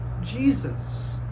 Jesus